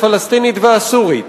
הפלסטינית והסורית,